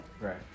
right